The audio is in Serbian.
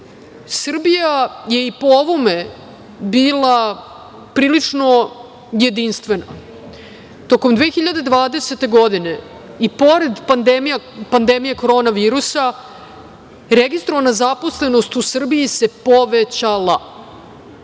mesta. Srbija je i po ovome bila prilično jedinstvena. Tokom 2020. godine, i pored pandemije korone virusa, registrovana zaposlenost u Srbiji se povećala.